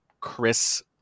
Chris